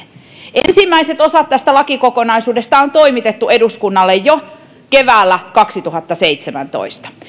ensimmäiset osat tästä lakikokonaisuudesta on toimitettu eduskunnalle jo keväällä kaksituhattaseitsemäntoista